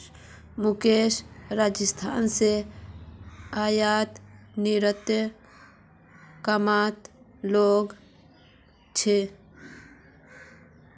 मुकेश राजस्थान स आयात निर्यातेर कामत लगे गेल छ